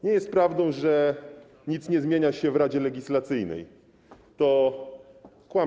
Nie jest prawdą, że nic nie zmienia się w Radzie Legislacyjnej, to kłamstwo.